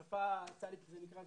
כפי שזה נקרא בשפה הצה"לית, לפלוגה.